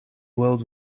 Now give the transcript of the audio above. world